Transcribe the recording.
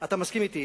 אתה מסכים אתי,